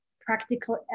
practical